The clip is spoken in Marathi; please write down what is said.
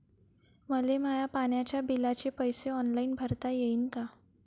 मले माया पाण्याच्या बिलाचे पैसे ऑनलाईन भरता येईन का?